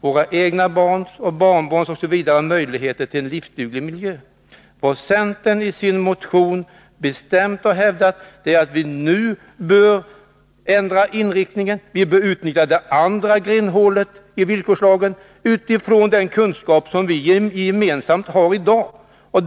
det handlar om våra barns och barnbarns möjligheter att leva i en livsduglig miljö. Vad centern i sin motion bestämt har hävdat är att vi nu bör ändra inriktning. Vi bör utnyttja det andra grindhålet i villkorslagen utifrån den kunskap som vi i dag har.